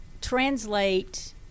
translate